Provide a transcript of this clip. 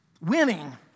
Winning